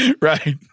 Right